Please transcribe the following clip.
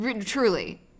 Truly